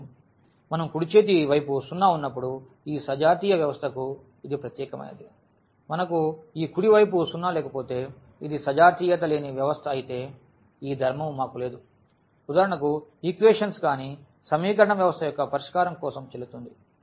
కాబట్టి మనకు కుడి చేతి వైపు 0 ఉన్నప్పుడు ఈ సజాతీయ వ్యవస్థకు ఇది ప్రత్యేకమైనది మనకు ఈ కుడి వైపు 0 లేకపోతే ఇది సజాతీయత లేని వ్యవస్థ అయితే ఈ ధర్మము మాకు లేదు ఉదాహరణకు ఈక్వేషన్స్ కానీ సమీకరణ వ్యవస్థ యొక్క పరిష్కారం కోసం చెల్లుతుంది